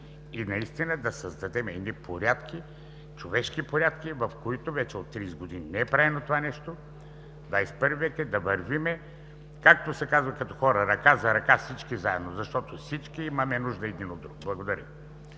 и наистина да създадем едни човешки порядки – вече от 30 години не е правено това нещо, XXI век е, да вървим, както се казва като хора, ръка за ръка всички заедно, защото всички имаме нужда един от друг. Благодаря.